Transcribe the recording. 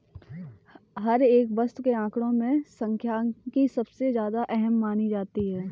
हर एक वस्तु के आंकडों में सांख्यिकी सबसे ज्यादा अहम मानी जाती है